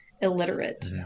illiterate